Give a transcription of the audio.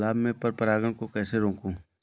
गुलाब में पर परागन को कैसे रोकुं?